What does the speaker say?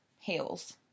heels